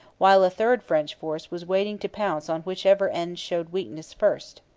while a third french force was waiting to pounce on whichever end showed weakness first.